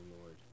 Lord